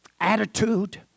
attitude